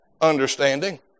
understanding